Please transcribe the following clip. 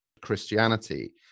christianity